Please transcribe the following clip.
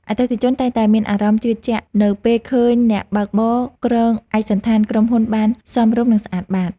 អតិថិជនតែងតែមានអារម្មណ៍ជឿជាក់នៅពេលឃើញអ្នកបើកបរគ្រងឯកសណ្ឋានក្រុមហ៊ុនបានសមរម្យ និងស្អាតបាត។